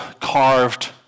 carved